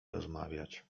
rozmawiać